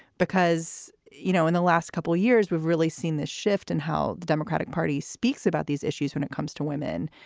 because, you know, in the last couple of years, we've really seen this shift in how the democratic party speaks about these issues when it comes to women.